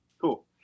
cool